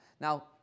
Now